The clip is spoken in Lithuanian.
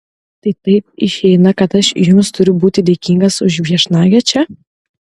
tai taip išeina kad aš jums turiu būti dėkingas už viešnagę čia